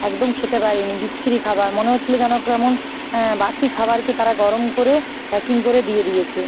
একদম খেতে পারিনি বিচ্ছিরি খাবার মনে হচ্ছিল যেন কেমন বাসি খাবারকে তারা গরম করে প্যাকিং করে দিয়ে দিয়েছে